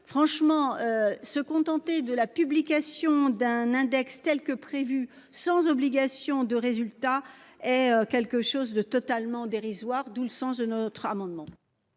franchement se contenter de la publication d'un index telle que prévu sans obligation de résultat et quelque chose de totalement dérisoire. D'où le sens de notre amendement.